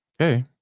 Okay